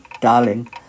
Darling